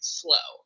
slow